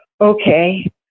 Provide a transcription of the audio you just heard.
okay